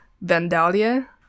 Vandalia